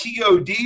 TOD